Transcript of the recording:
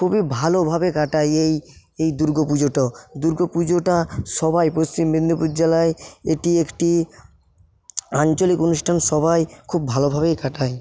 খুবই ভালোভাবে কাটাই এই এই দুর্গাপুজোটা দুর্গাপুজোটা সবাই পশ্চিম মেদিনীপুর জেলায় এটি একটি আঞ্চলিক অনুষ্ঠান সবাই খুব ভালোভাবেই কাটায়